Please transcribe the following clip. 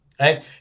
right